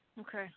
Okay